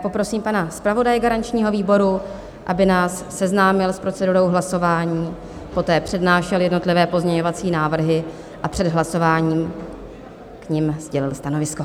Poprosím pana zpravodaje garančního výboru, aby nás seznámil s procedurou hlasování, poté přednášel jednotlivé pozměňovací návrhy a před hlasováním k nim sdělil stanovisko.